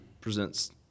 presents